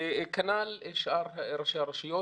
וכנ"ל שאר ראשי הרשויות.